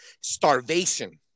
starvation